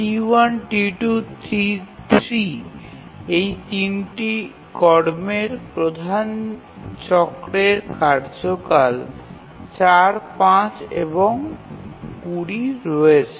T1 T2 T3 এই ৩টি কর্মের প্রধান চক্রের কার্যকাল ৪ ৫ এবং ২০ রয়েছে